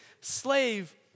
slave